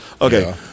okay